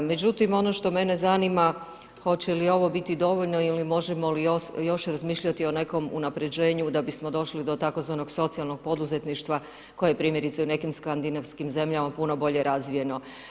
Međutim, ono što mene zanima, hoće li ovo biti dovoljno i možemo li još razmišljati o nekom unaprijeđenu, da bismo došli do tzv. socijalnog poduzetništva, koje primjerice u nekim Skandinavskim zemljama puno bolje razvijeno.